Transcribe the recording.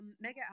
Mega